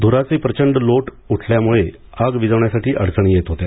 धुराचे प्रचंड लोट उठल्यामुळे आग विझवण्यासाठी अडचणी येत होत्या